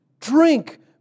drink